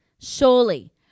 surely